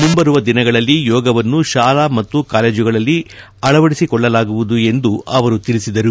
ಮುಂಬರುವ ದಿನಗಳಲ್ಲಿ ಯೋಗವನ್ನು ಶಾಲೆ ಮತ್ತ ಕಾಲೇಜುಗಳಲ್ಲಿ ಅಳವಡಿಸಿಕೊಳ್ಳಲಾಗುವುದು ಎಂದೂ ಅವರು ತಿಳಿಸಿದರು